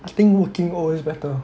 I think working always better